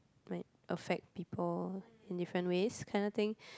might affect people in different ways kind of thing